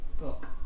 book